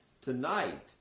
tonight